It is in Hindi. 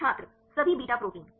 छात्र सभी बीटा प्रोटीन